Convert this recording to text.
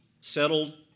settled